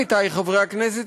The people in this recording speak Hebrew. עמיתי חברי הכנסת,